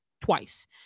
twice